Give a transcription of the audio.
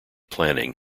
planning